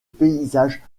paysage